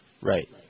Right